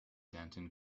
denton